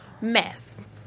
mess